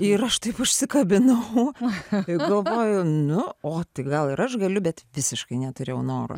ir aš taip užsikabinau aha nu o tik gal ir aš galiu bet visiškai neturėjau noro